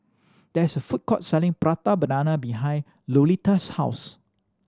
there is a food court selling Prata Banana behind Lolita's house